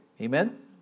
Amen